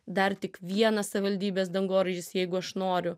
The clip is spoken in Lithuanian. dar tik vienas savivaldybės dangoraižis jeigu aš noriu